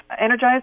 energized